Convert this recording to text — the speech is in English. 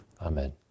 Amen